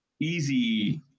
easy